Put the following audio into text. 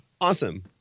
awesome